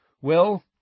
Well